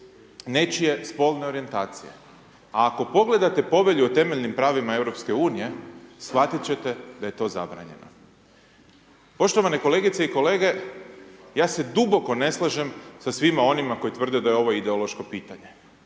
nečije spolne orijentacije. Ako pogledate Povelju o temeljnim pravima EU, shvatiti ćete da je to zabranjeno. Poštovane kolegice i kolege ja se duboko ne slažem sa svima onima koji tvrde da je ovo ideološko pitanje.